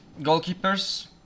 Goalkeepers